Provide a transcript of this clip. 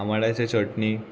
आमाड्याचें चटणी